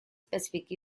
specific